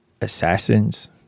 Assassins